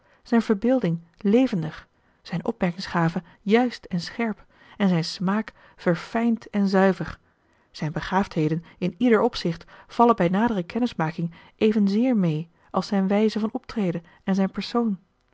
zijn verbeelding levendig zijn opmerkingsgave juist en scherp en zijn smaak verfijnd en zuiver zijn begaafdheden in ieder opzicht vallen bij nadere kennismaking evenzeer mee als zijn wijze van optreden en zijn persoon